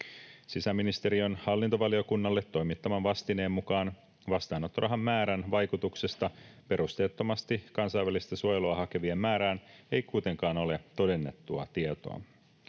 Sisäministeriön hallintovaliokunnalle toimittaman vastineen mukaan vastaanottorahan määrän vaikutuksesta perusteettomasti kansainvälistä suojelua hakevien määrään ei kuitenkaan ole todennettua tietoa.